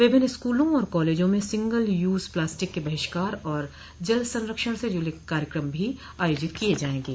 विभिन्न स्कूलों और कॉलेजों में सिंगल यूज़ प्लास्टिक के बहिष्कार और जल संरक्षण से जुड़े कार्यक्रम भी आयोजित किये जायेंगें